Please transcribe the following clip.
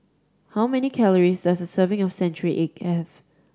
how many calories does a serving of century egg have